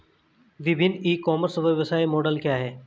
विभिन्न e commerce व्यवसाय model क्या हैं?